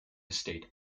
estate